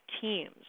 teams